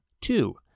Two